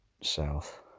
south